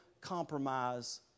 compromise